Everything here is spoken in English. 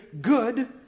good